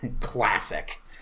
classic